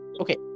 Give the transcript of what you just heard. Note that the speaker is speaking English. okay